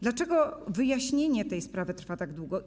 Dlaczego wyjaśnienie tej sprawy trwa tak długo?